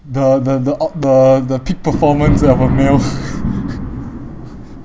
the the the out~ the the peak performance ah for male